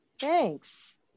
Thanks